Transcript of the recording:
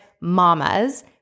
mamas